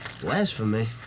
Blasphemy